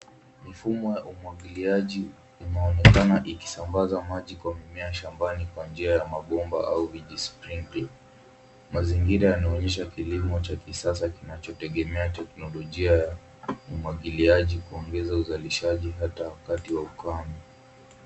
Mfumo wa umwagiliaji unaonekana ikisambaa maji kwa mimea shambani kwa njia ya mabomba au vijispringili. Mazingira yanaonyesha kilimo cha kisasa kinachotegemea teknolojia ya umwagiliaji kuongeza uzalishaji hata wakati wa ukame.